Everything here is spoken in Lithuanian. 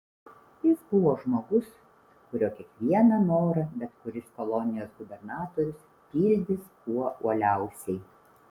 jis buvo žmogus kurio kiekvieną norą bet kuris kolonijos gubernatorius pildys kuo uoliausiai